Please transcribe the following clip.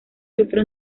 sufrió